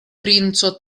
princo